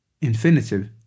Infinitive